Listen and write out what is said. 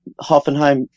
Hoffenheim